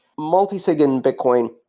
multisig in bitcoin,